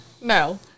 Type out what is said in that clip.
No